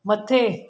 मथे